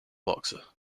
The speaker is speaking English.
boxer